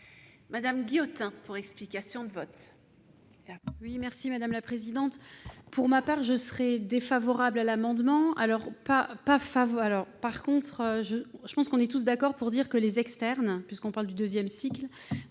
Guillotin, pour explication de vote.